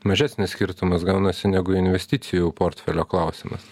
mažesnis skirtumas gaunasi negu investicijų portfelio klausimas